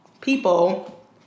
people